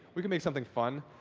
we can make something fun.